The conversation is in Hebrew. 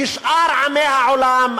כשאר עמי העולם,